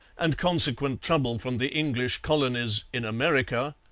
and consequent trouble from the english colonies in america,